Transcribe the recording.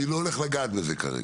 אני לא הולך לגעת בזה כרגע.